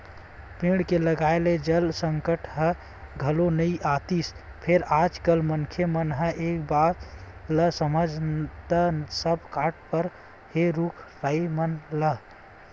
पेड़ के लगाए ले जल संकट ह घलो नइ आतिस फेर आज कल मनखे मन ह ए बात ल समझय त सब कांटे परत हे रुख राई मन ल